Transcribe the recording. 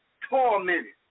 tormented